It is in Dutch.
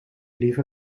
liever